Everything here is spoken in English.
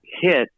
hit